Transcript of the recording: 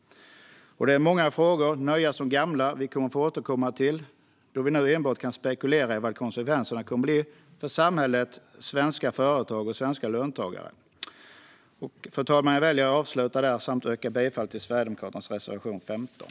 Det är många frågor, nya som gamla, som vi kommer att få återkomma till eftersom vi nu enbart kan spekulera i vad konsekvenserna kommer att bli för samhället, svenska företag och svenska löntagare. Fru talman! Jag väljer att avsluta där och yrkar bifall till Sverigedemokraternas reservation 15.